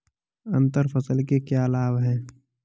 अंतर फसल के क्या लाभ हैं?